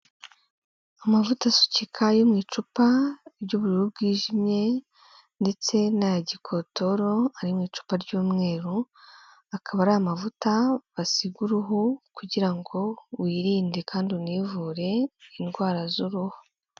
Amavuta asukika yo mu icupa ry'ubururu bwijimye ndetse n'aya gikotoro ari mu icupa ry'umweru, akaba ari amavuta basiga uruhu kugira ngo wirinde kandi univure indwara z'uruhu.